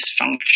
dysfunction